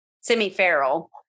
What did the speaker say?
semi-feral